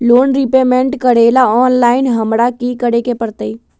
Loan repayment करेला online हमरा की करे के परतई?